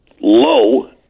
low